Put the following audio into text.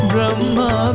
Brahma